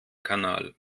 kanal